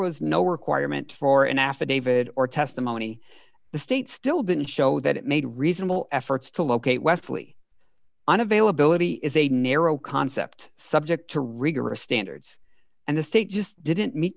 was no requirement for an affidavit or testimony the state still didn't show that it made reasonable efforts to locate westley on availability is a narrow concept subject to rigorous standards and the state just didn't meet